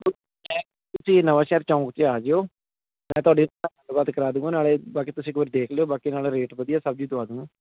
ਜੀ ਨਵਾਂਸ਼ਹਿਰ ਚੌਂਕ 'ਚ ਆ ਜਿਓ ਮੈਂ ਤੁਹਾਡੇ ਗੱਲ ਬਾਤ ਕਰਾ ਦੂਗਾ ਨਾਲੇ ਬਾਕੀ ਤੁਸੀਂ ਇਕ ਵਾਰੀ ਦੇਖ ਲਿਓ ਬਾਕੀ ਨਾਲ ਰੇਟ ਵਧੀਆ ਸਬਜ਼ੀ ਦਵਾਦੂ